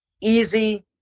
Easy